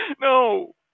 No